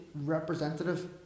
representative